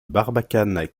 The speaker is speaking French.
barbacane